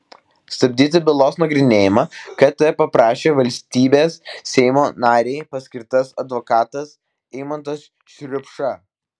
stabdyti bylos nagrinėjimą kt paprašė valstybės seimo narei paskirtas advokatas eimantas šriupša